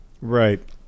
Right